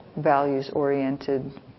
values-oriented